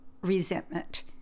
resentment